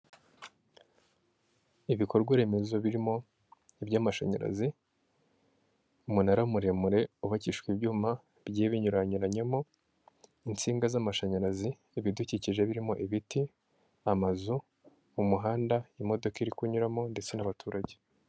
Ibikorwa remezo birimo iby'amashanyarazi, umunara muremure wubakishwa ibyuma bigiye binyuranyuranyemo, insinga z'amashanyarazi, ibidukije birimo ibiti, amazu, umuhanda, mo iri kunyuramo ndetse n'abaturage.